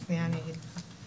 תכף אני אומר לך.